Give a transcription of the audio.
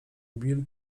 bill